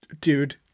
Dude